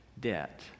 debt